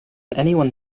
anyone